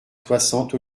soixante